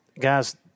guys